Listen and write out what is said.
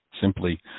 simply